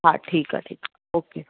हा ठीकु आहे ठीकु आहे ओके